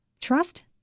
Trust